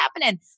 happening